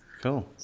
Cool